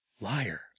Liar